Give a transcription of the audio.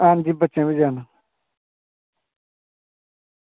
आं जी बच्चें बी बड़ा जाना